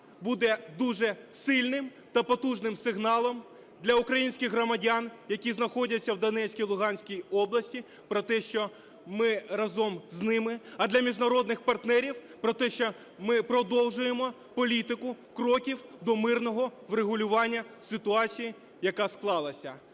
буде дуже сильним та потужним сигналом для українських громадян, які знаходяться в Донецькій і Луганській області про те, що ми разом з ними. А для міжнародних партнерів - про те, що ми продовжуємо політику кроків до мирного врегулювання ситуації, яка склалася.